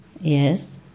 Yes